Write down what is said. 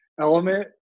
element